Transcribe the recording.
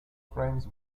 frames